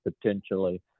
potentially